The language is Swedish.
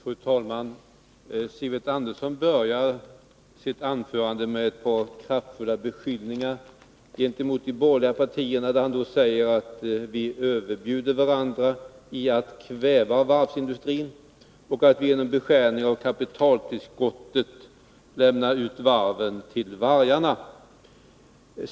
Fru talman! Sivert Andersson började sitt anförande med ett par kraftiga beskyllningar gentemot de borgerliga partierna. Han sade att vi överbjuder varandra i att kväva varvsindustrin och att vi genom beskärningar av kapitaltillskottet lämnar ut varven till vargarna.